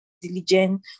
diligent